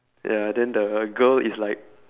ya then the girl is like